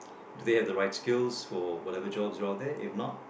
do they have the right skills for whatever jobs is out there if not